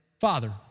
Father